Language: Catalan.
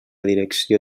direcció